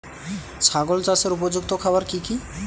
ছাগল চাষের উপযুক্ত খাবার কি কি?